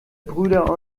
brüder